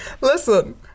Listen